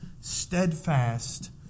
steadfast